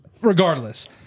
regardless